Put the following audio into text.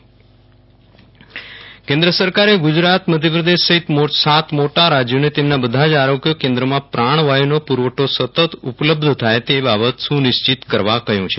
Viral Rana પ્રાણવાયુ crank કેન્દ્ર સરકારે ગુજરાત મધ્યપ્રદેશ સહિત સાત મોટા રાજ્યોને તેમના બધા જ આરોગ્ય કેન્દ્રોમાં પ્રાણવાયુનો પુરવઠો સતત ઉપલબ્ધ થાય તે બાબત સુનિશ્ચિત કરવા કહ્યું છે